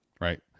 right